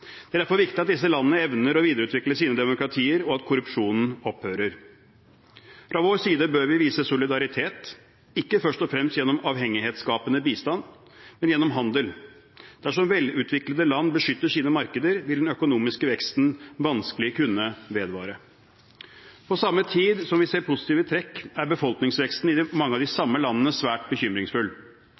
Det er derfor viktig at disse landene evner å videreutvikle sine demokratier, og at korrupsjonen opphører. Fra vår side bør vi vise solidaritet, ikke først og fremst gjennom avhengighetsskapende bistand, men gjennom handel. Dersom velutviklede land beskytter sine markeder, vil den økonomiske veksten vanskelig kunne vedvare. På samme tid som vi ser positive trekk, er befolkningsveksten i mange av de samme landene svært bekymringsfull.